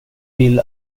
vill